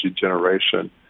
generation